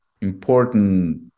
important